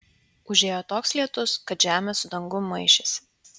užėjo toks lietus kad žemė su dangum maišėsi